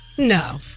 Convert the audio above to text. No